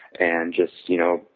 and just, you know,